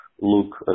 look